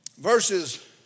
Verses